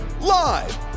live